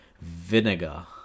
vinegar